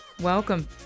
Welcome